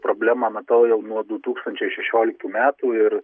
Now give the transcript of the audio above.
problemą matau jau nuo du tūkstančiai šešioliktų metų ir